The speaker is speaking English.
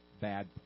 bad